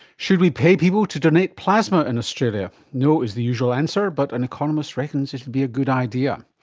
should we pay people to donate plasma in australia? no is the usual answer but an economist reckons it would be a good idea.